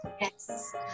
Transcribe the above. Yes